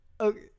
okay